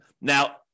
Now